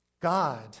God